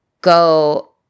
go